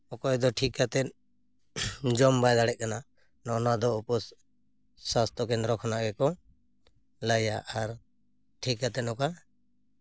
ᱚᱠᱚᱭ ᱫᱚ ᱴᱷᱤᱠ ᱠᱟᱛᱮ ᱡᱚᱢ ᱵᱟᱭ ᱫᱟᱲᱮᱜ ᱠᱟᱱᱟ ᱱᱚᱜᱼᱚ ᱱᱟ ᱫᱚ ᱩᱯᱚᱼᱥᱟᱥᱛᱷᱚ ᱠᱮᱫᱽᱨᱚ ᱠᱷᱚᱱᱟᱜ ᱜᱮᱠᱚ ᱞᱟᱹᱭᱟ ᱟᱨ ᱴᱷᱤᱠ ᱠᱟᱛᱮ ᱱᱚᱝᱠᱟ